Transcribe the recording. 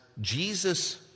Jesus